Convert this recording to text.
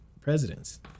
presidents